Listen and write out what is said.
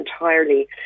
entirely